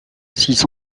six